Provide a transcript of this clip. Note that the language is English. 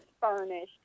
furnished